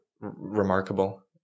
remarkable